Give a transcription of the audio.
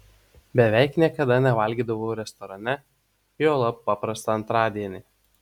beveik niekada nevalgydavau restorane juolab paprastą antradienį